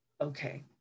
Okay